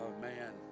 man